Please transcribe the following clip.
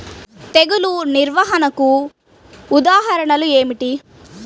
తెగులు నిర్వహణకు ఉదాహరణలు ఏమిటి?